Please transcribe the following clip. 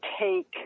take